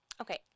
okay